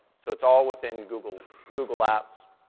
so it's all within google google apps,